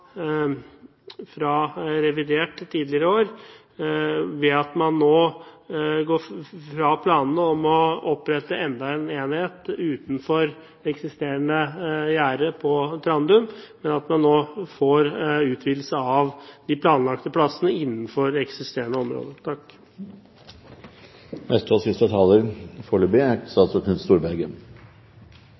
revidert budsjett tidligere i år, ved at man nå går fra planene om å opprette enda en enhet utenfor eksisterende gjerde på Trandum, til at man nå får en utvidelse av de planlagte plassene innenfor det eksisterende området. Aller først må jeg bare si at jeg er